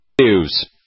News